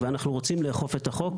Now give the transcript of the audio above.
ואנחנו רוצים לאכוף את החוק,